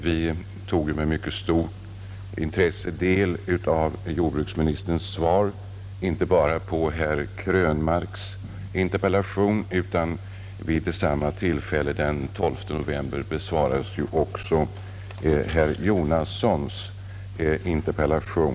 Vi tog vid det tillfälle när herr Krönmarks interpellation besvarades med mycket stort intresse del inte bara av detta svar från herr jordbruksministern utan även av det svar som han då lämnade på herr Jonassons interpellation.